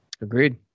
agreed